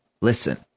Listen